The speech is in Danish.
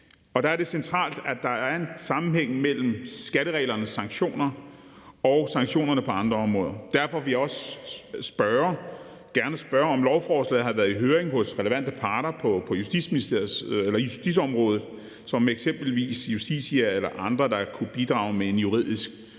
og der er det centralt, at der er en sammenhæng mellem skattereglernes sanktioner og sanktionerne på andre områder. Derfor vil vi også spørge, om lovforslaget har været i høring hos relevante parter på justitsområdet som eksempelvis Justitia eller andre, der kunne bidrage med en juridisk